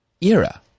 era